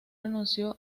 renunció